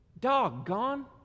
Doggone